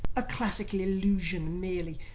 a classical allusion merely,